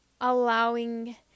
allowing